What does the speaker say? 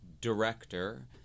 director